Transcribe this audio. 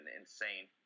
insane